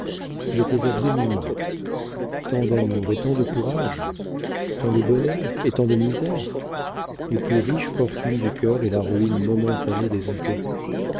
j'étais à demi morte tant d'amour et tant de courage tant de bonheur et tant de misères les plus riches fortunes du cœur et la ruine momentanée des intérêts